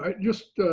ah just